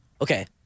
okay